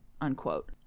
unquote